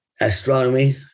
astronomy